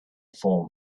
form